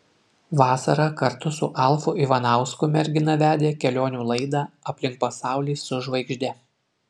vasarą kartu su alfu ivanausku mergina vedė kelionių laidą aplink pasaulį su žvaigžde